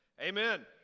Amen